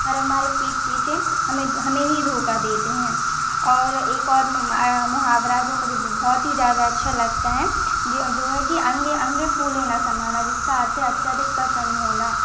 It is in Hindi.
पर हमारे पीठ पीछे हमें हमें ही धोखा देते हैं और एक और मुहावरा है जो मुझे बहुत ही ज़्यादा अच्छा लगता है यह जो है कि अंग अंग फूले ना समाना जिसका अर्थ है अत्यधिक प्रसन्न होना